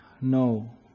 No